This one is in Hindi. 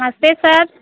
नमस्ते सर